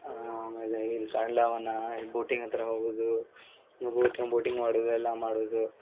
ಆಮೇಲೆ ಇಲ್ಲಿ ಕಾಂಡ್ಲ ವನ ಬೋಟಿಂಗ್ ಹತ್ರ ಹೋಗುದು ಬೋಟಿಂಗ್ ಮಾಡುದು ಎಲ್ಲ ಮಾಡುದು